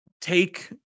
take